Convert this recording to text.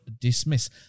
dismiss